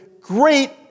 great